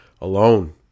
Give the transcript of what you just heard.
alone